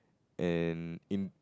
and in